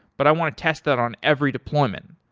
but i want to test that on every deployment.